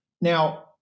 now